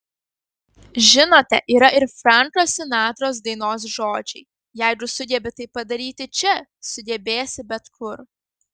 žinote yra ir franko sinatros dainos žodžiai jeigu sugebi tai padaryti čia sugebėsi bet kur